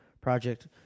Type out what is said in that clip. project